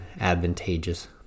advantageous